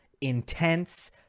intense